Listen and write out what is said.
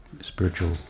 spiritual